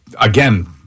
again